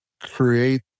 create